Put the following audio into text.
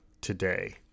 today